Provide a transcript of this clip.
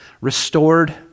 restored